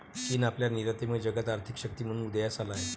चीन आपल्या निर्यातीमुळे जगात आर्थिक शक्ती म्हणून उदयास आला आहे